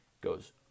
goes